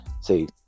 See